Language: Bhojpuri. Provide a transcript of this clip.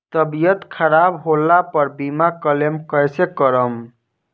तबियत खराब होला पर बीमा क्लेम कैसे करम?